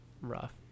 rough